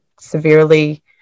Severely